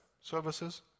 Services